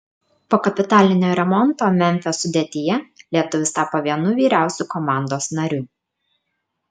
po kapitalinio remonto memfio sudėtyje lietuvis tapo vienu vyriausių komandos narių